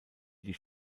die